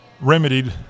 remedied